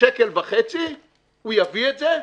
1.5 הוא יביא את זה,